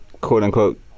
quote-unquote